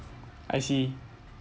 I see